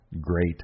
great